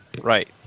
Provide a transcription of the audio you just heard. Right